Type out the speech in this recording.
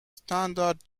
standard